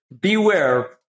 beware